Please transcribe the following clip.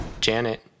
Janet